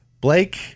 Blake